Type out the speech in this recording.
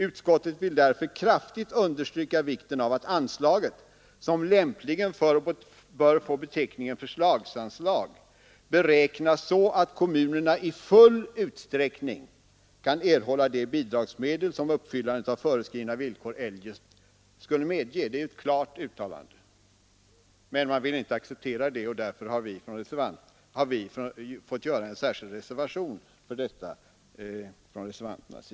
Utskottet vill därför kraftigt understryka vikten av att anslaget — som lämpligen bör få beteckningen förslagsanslag — beräknas så att kommunerna i full utsträckning kan erhålla de bidragsmedel som uppfyllandet av föreskrivna villkor eljest skulle medge.” Det är ett klart uttalande, men utskottsmajoriteten ville inte acceptera det, och därför har vi fått avge en särskild reservation där denna text återfinns.